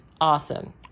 awesome